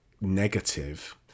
negative